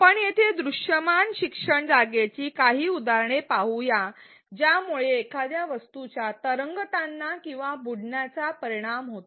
आपण येथे दृश्यास्पद शिक्षण जागेची काही उदाहरणे पाहूया ज्यामुळे एखाद्या वस्तूच्या तरंगताना किंवा बुडण्यावर परिणाम होतो